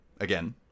again